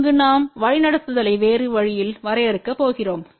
அங்கு நாம் வழிநடத்துதலை வேறு வழியில் வரையறுக்கப் போகிறோம்